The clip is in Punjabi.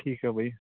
ਠੀਕ ਆ ਬਾਈ